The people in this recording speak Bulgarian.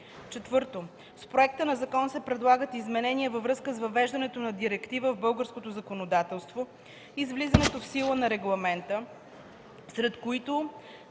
IV. С проекта на закон се предлагат изменения във връзка с въвеждането на Директивата в българското законодателство и с влизането в сила на Регламента, сред които